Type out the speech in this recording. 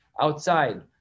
Outside